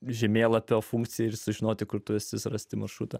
žemėlapio funkciją ir sužinoti kur tu esi surasti maršrutą